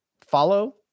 Follow